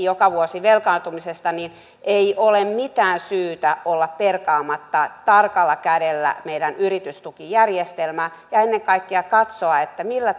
joka vuosi velkaantumisesta niin ei ole mitään syytä olla perkaamatta tarkalla kädellä meidän yritystukijärjestelmäämme ja ennen kaikkea pitää katsoa millä